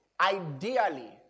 ideally